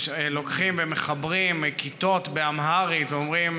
לוקחים ומחברים כיתות באמהרית ואומרים: